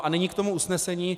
A nyní k tomu usnesení.